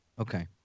Okay